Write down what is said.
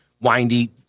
windy